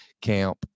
camp